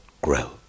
grow